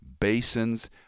Basins